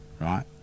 Right